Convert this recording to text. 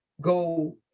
go